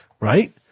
right